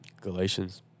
Galatians